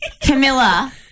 Camilla